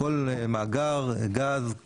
כל מאגר גז,